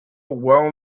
well